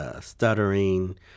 Stuttering